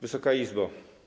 Wysoka Izbo!